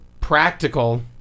practical